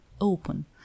open